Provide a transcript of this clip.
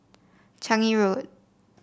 Changi Road